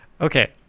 okay